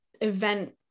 event